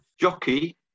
Jockey